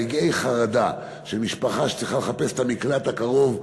רגעי החרדה שבהם משפחה צריכה לחפש את המקלט הקרוב,